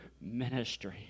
ministry